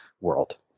world